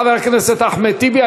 חבר הכנסת אחמד טיבי.